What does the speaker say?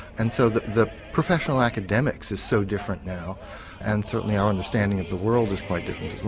and so the the professional academics is so different now and certainly our understanding of the world is quite different as well.